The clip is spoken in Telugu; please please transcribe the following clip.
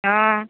ఆ